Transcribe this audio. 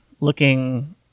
looking